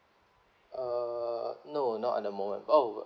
uh no not at the moment oh